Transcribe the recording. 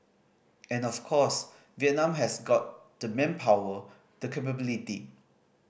and of course Vietnam has got the manpower the capability